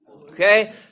Okay